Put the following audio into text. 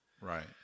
Right